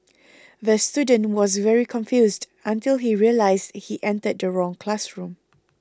the student was very confused until he realised he entered the wrong classroom